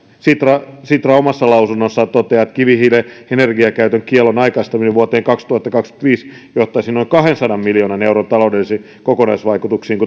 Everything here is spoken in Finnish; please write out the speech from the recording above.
sitra sitra omassa lausunnossaan toteaa että kivihiilen energiakäytön kiellon aikaistaminen vuoteen kaksituhattakaksikymmentäviisi johtaisi noin kahdensadan miljoonan euron taloudellisiin kokonaisvaikutuksiin